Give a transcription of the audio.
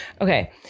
Okay